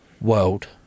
world